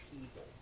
people